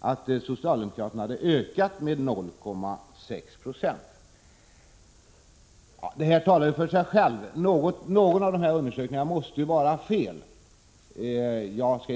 att socialdemokraterna hade ökat med 0,6 76. Det här talar ju för sig självt. Någon av undersökningarna måste ju vara felaktig.